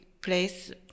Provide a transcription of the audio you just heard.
place